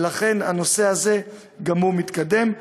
ולכן, הנושא הזה גם הוא מתקדם.